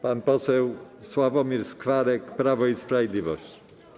Pan poseł Sławomir Skwarek, Prawo i Sprawiedliwość.